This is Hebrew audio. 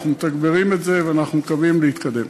אנחנו מתגברים את זה ואנחנו מקווים להתקדם.